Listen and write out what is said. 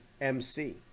MC